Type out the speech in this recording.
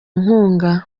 inkunga